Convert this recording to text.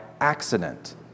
accident